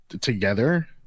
Together